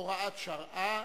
(הוראת שעה),